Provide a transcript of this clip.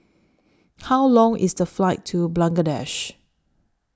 How Long IS The Flight to Bangladesh